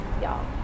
y'all